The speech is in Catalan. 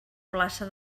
plaça